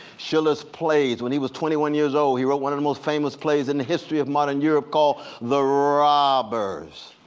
schiller's plays. when he was twenty one years old, he wrote one of the most famous plays in the history of modern europe, called the robbers.